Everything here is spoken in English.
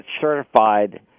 certified